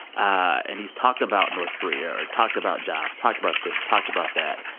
and he's talked about north korea or talked about jobs, talked about this, talked about that.